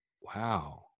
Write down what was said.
wow